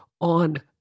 on